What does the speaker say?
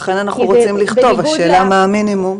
לכן אנחנו רוצים לכתוב, השאלה מה המינימום.